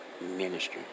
ministry